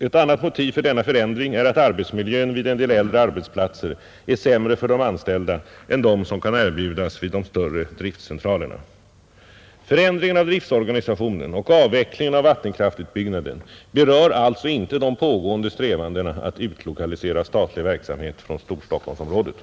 Ett annat motiv för denna förändring är att arbetsmiljön vid en del äldre arbetsplatser är sämre för de anställda än den som kan erbjudas vid de större driftcentralerna. Förändringen av driftsorganisationen och avvecklingen av vattenkraftutbyggnaden berör alltså inte de pågående strävandena att utlokalisera statlig verksamhet från Storstockholmsområdet.